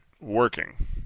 working